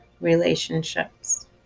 relationships